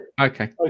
Okay